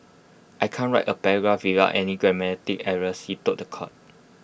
I can't write A paragraph without any grammatic errors he told The Court